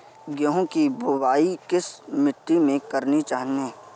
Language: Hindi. गेहूँ की बुवाई किस मिट्टी में करनी चाहिए?